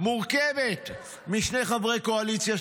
מורכבת משני חברי קואליציה,